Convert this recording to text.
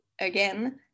again